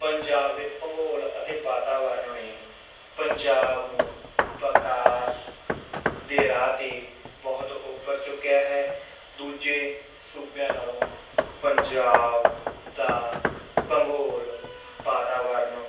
ਪੰਜਾਬ ਦੇ ਭੂਗੋਲ ਅਤੇ ਵਾਤਾਵਰਨ ਨੂੰ ਨਹੀਂ ਪੰਜਾਬ ਨੂੰ ਵਿਕਾਸ ਦੇ ਰਾਹ 'ਤੇ ਬਹੁਤ ਉੱਪਰ ਚੁੱਕਿਆ ਹੈ ਦੂਜੇ ਸੂਬਿਆਂ ਨਾਲੋਂ ਪੰਜਾਬ ਦਾ ਭੂਗੋਲ ਵਾਤਾਵਰਨ